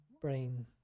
brain